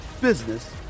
business